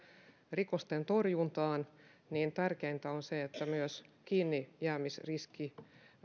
rikosten torjuntaan niin tärkeintä on se että myös kiinnijäämisriski